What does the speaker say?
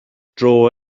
dro